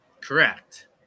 Correct